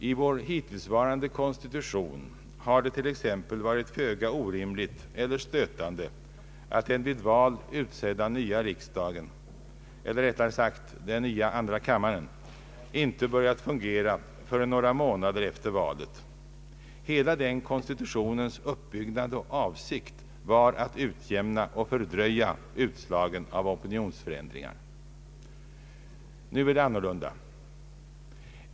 I vår hittillsvarande konstitution har det t.ex. varit föga orimligt eller stötande att den vid val utsedda nya riksdagen, eller rättare sagt nya andra kammaren, inte börjat fungera förrän några månader efter valet. Hela den konstitutionens uppbyggnad och avsikt var att utjämna och fördröja utslagen av opinionsförändringar. Nu är det annorlunda.